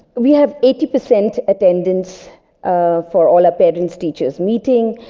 we have eighty percent attendance um for all our parents-teachers meeting.